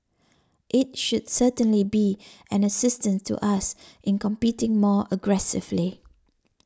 it should certainly be an assistance to us in competing more aggressively